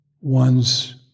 one's